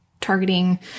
targeting